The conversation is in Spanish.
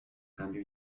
cambio